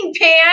pan